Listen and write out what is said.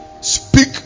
speak